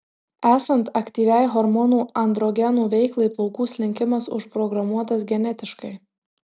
esant aktyviai hormonų androgenų veiklai plaukų slinkimas užprogramuotas genetiškai